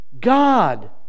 God